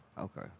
Okay